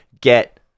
get